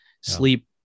sleep